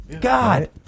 God